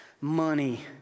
Money